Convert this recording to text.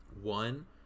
One